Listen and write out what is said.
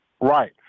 Right